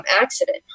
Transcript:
accident